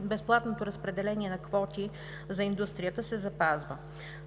Безплатното разпределение на квоти за индустрията се запазва.